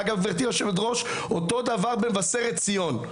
אגב, גבירתי היושבת-ראש, אותו דבר במבשרת ציון.